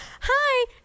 hi